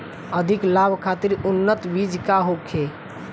अधिक लाभ खातिर उन्नत बीज का होखे?